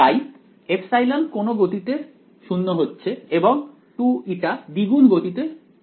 তাই ε কোনও গতিতে 0 হচ্ছে এবং 2η দ্বিগুণ গতিতে যাচ্ছে